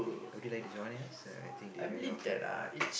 would you like to join us uh I think they ran out of